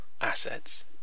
assets